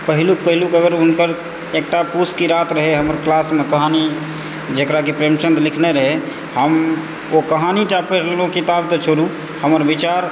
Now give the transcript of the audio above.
पहिलुक पहिलुक अगर हुनकर एकटा पूस की रात रहै हमर क्लासमे कहानी जेकरा कि प्रेमचन्द लिखने रहै हम ओ कहानी टा पढ़ि लेलहुँ किताब तऽ छोड़ू हमर विचार